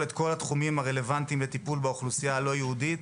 את כל התחומים הרלוונטיים לטיפול באוכלוסייה הלא יהודית,